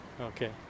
Okay